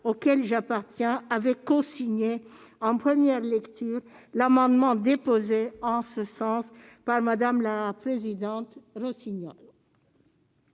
auquel j'appartiens, avaient cosigné, en première lecture, l'amendement déposé en ce sens par Mme Laurence Rossignol.